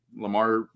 Lamar